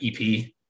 EP